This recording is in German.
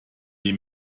die